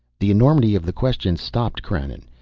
the enormity of the question stopped krannon,